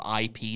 IP